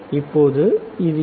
இப்போது இது ஏ